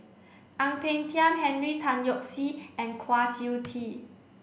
Ang Peng Tiam Henry Tan Yoke See and Kwa Siew Tee